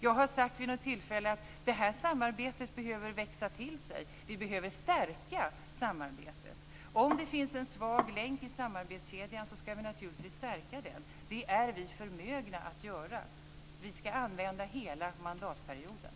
Jag har vid något tillfälle sagt att detta samarbete behöver växa till sig, att vi behöver stärka samarbetet. Om det finns en svag länk i samarbetskedjan, skall vi naturligtvis stärka den. Det är vi förmögna att göra. Vi skall använda hela mandatperioden.